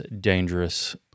dangerous